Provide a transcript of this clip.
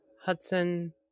Hudson